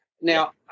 Now